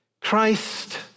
Christ